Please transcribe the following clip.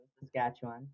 Saskatchewan